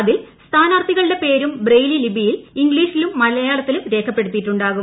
അതിൽ സ്ഥാനാർഥികളുടെ പേരും ബ്രെയിലി ലിപിയിൽ ഇംഗ്ലീഷിലും മലയാളത്തിലും രേഖപ്പെടുത്തിയിട്ടുണ്ടാകും